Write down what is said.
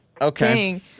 Okay